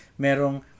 merong